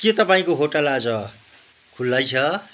के तपाईँको होटल आज खुल्लै छ